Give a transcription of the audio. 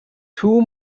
two